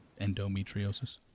Endometriosis